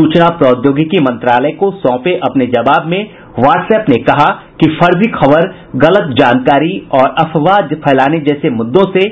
सूचना प्रौद्योगिकी मंत्रालय को सौंपे अपने जवाब में व्हाट्सएप ने कहा कि फर्जी खबर गलत जानकारी और अफवाह फैलाने जैसे मुद्दों से